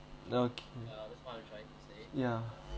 okay yeah